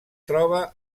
troba